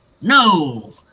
No